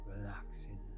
relaxing